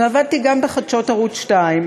ועבדתי גם בחדשות ערוץ 2,